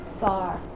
far